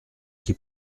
qui